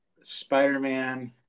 Spider-Man